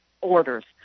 orders